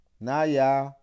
Naya